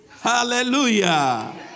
Hallelujah